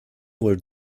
were